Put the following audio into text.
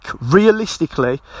realistically